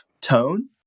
tone